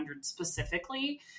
specifically